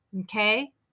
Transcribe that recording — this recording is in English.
Okay